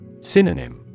Synonym